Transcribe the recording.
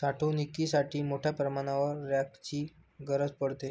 साठवणुकीसाठी मोठ्या प्रमाणावर रॅकची गरज पडते